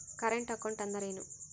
Current account ಅಂದರೇನು?